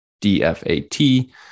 D-F-A-T